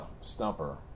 stumper